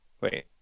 wait